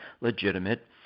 legitimate